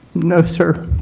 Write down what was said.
no, sir